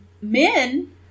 men